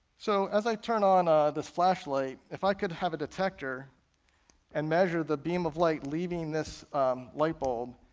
so as i turn on ah this flashlight, if i could have a detector and measure the beam of light leaving this lightbulb,